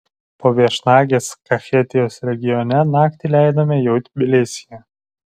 po viešnagės kachetijos regione naktį leidome jau tbilisyje